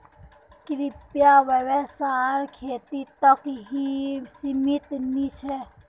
कृषि व्यवसाय खेती तक ही सीमित नी छे